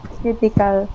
critical